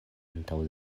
antaŭ